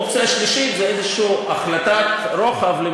אופציה שלישית היא החלטת רוחב כלשהי,